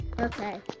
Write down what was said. Okay